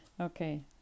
okay